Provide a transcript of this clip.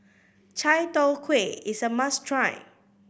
chai tow kway is a must try